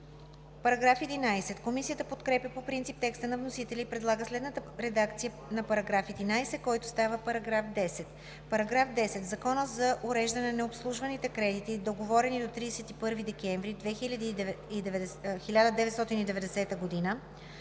контрол“.“ Комисията подкрепя по принцип текста на вносителя и предлага следната редакция на § 11, който става § 10: „§ 10. В Закона за уреждане на необслужваните кредити, договорени до 31 декември 1990 г.